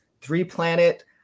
three-planet